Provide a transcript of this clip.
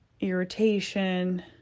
irritation